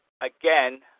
again